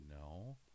No